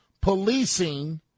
policing